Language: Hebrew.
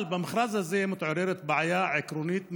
אבל במכרז הזה מתעוררת בעיה עקרונית מיוחדת: